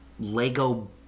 Lego